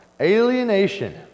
alienation